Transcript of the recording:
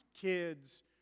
kids